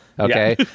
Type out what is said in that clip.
okay